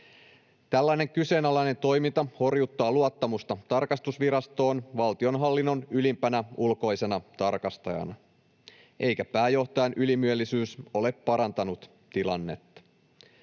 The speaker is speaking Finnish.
Tällainen kyseenalainen toiminta horjuttaa luottamusta tarkastusvirastoon valtionhallinnon ylimpänä ulkoisena tarkastajana, eikä pääjohtajan ylimielisyys ole parantanut tilannetta.